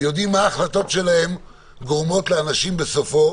ויודעים מה ההחלטות שלהם גורמות לאנשים בסופו